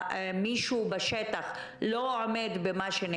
כמובן כל הנושא של החרגת צוותים גם בקהילה וגם